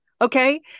Okay